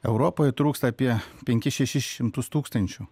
europoj trūksta apie penkis šešis šimtus tūkstančių